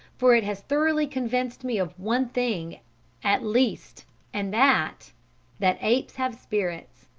for it has thoroughly convinced me of one thing at least and that that apes have spirits!